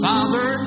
Father